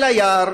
אל היער